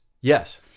Yes